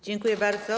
Dziękuję bardzo.